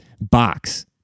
box